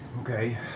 Okay